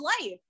life